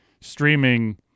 streaming